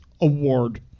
award